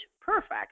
perfect